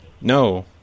No